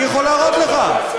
אני יכול להראות לך.